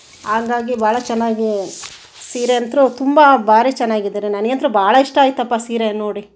ಹಾಗಾಗಿ ಭಾಳ ಚೆನ್ನಾಗಿ ಸೀರೆ ಅಂತೂ ತುಂಬ ಭಾರೀ ಚೆನ್ನಾಗಿದೆ ರೀ ನನಗಂತ್ರೂ ಭಾಳ ಇಷ್ಟ ಆಯ್ತಪ್ಪ ಸೀರೆ ನೋಡಿ